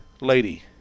lady